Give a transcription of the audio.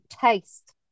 taste